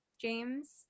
James